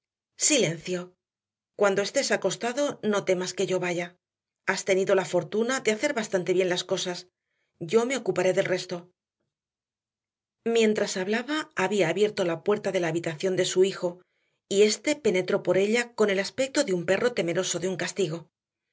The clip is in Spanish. silencio cuando estés acostado no temas que yo vaya has tenido la fortuna de hacer bastante bien las cosas yo me ocuparé del resto mientras hablaba había abierto la puerta de la habitación de su hijo y éste penetró por ella con el aspecto de un perro temeroso de un castigo